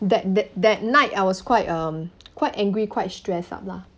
that that that night I was quite um quite angry quite stress up lah